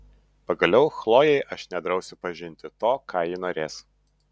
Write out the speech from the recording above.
pagaliau chlojei aš nedrausiu pažinti to ką ji norės